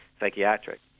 psychiatric